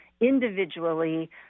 individually